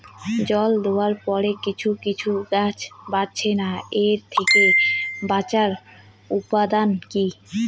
জল দেওয়ার পরে কিছু কিছু গাছ বাড়ছে না এর থেকে বাঁচার উপাদান কী?